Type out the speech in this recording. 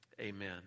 Amen